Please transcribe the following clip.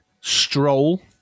stroll